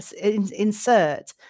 insert